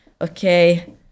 okay